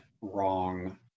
wrong